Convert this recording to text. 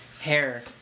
hair